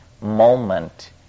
moment